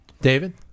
David